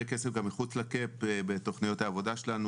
כסף גם מחוץ לקאפ בתוכניות העבודה שלנו